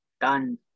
done